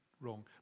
wrong